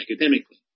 academically